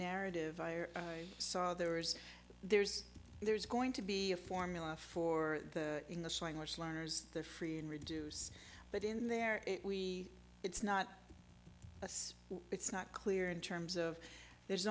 narrative i saw there is there's there's going to be a formula for english language learners there free and reduce but in there it's not it's not clear in terms of there's